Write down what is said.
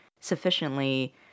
sufficiently